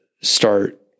start